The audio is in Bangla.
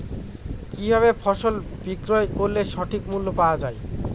কি ভাবে ফসল বিক্রয় করলে সঠিক মূল্য পাওয়া য়ায়?